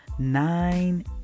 nine